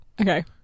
Okay